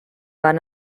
van